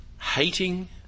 hating